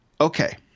okay